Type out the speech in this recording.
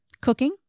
cooking